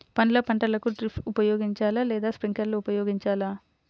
పండ్ల పంటలకు డ్రిప్ ఉపయోగించాలా లేదా స్ప్రింక్లర్ ఉపయోగించాలా?